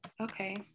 Okay